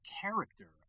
character